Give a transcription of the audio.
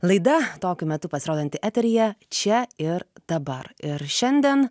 laida tokiu metu pasirodanti eteryje čia ir dabar ir šiandien